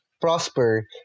prosper